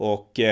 Och